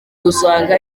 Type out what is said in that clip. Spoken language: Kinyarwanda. gusanga